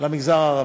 למגזר הערבי,